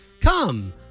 Come